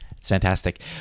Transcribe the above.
fantastic